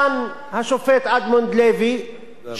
שהוא היה שופט "כבקשתך" לראש הממשלה,